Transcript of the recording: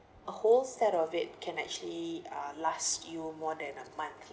a whole set of it can actually uh last you more than a month